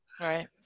Right